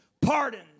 pardon